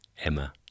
Emma